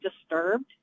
disturbed